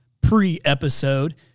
pre-episode